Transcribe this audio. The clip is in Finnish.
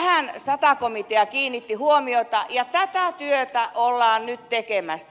tähän sata komitea kiinnitti huomiota ja tätä työtä ollaan nyt tekemässä